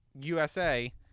USA